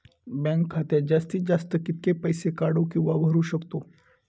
Bank खात्यात जास्तीत जास्त कितके पैसे काढू किव्हा भरू शकतो?